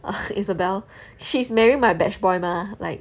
isabelle she's married my batch boy mah like